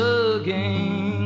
again